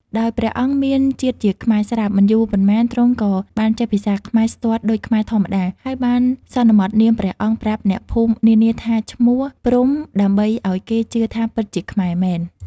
ដោយព្រះអង្គមានជាតិជាខ្មែរស្រាប់ មិនយូរប៉ុន្មាន ទ្រង់ក៏បានចេះភាសាខ្មែរស្ទាត់ដូចខ្មែរធម្មតា ហើយបានសន្មតនាមព្រះអង្គប្រាប់អ្នកភូមិនានាថាឈ្មោះ ព្រហ្មដើម្បីឲ្យគេជឿថាពិតជាខ្មែរមែន ។